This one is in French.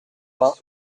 vingt